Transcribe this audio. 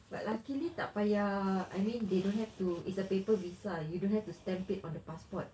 but luckily tak payah I mean they don't have to is a paper visa you don't have to stamp it on the passport